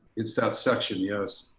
it's that second, yes.